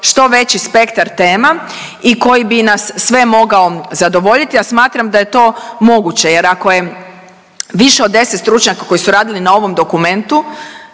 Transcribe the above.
što veći spektar tema i koji bi nas sve mogao zadovoljiti, a smatram da je to moguće. Jer ako je više od 10 stručnjaka koji su radili na ovom dokumentu